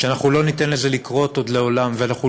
שאנחנו לא ניתן לזה לקרות עוד לעולם ואנחנו